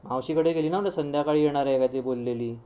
मावशीकडे गेली ना संध्याकाळी येणार आहे काहीतरी बोललेली